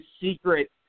secret